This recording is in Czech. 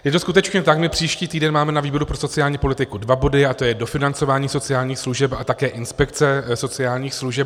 Je to skutečně tak, my příští týden máme na výboru pro sociální politiku dva body a to je dofinancování sociálních služeb a také inspekce sociálních služeb.